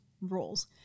roles